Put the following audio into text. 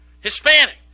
Hispanic